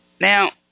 Now